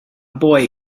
boy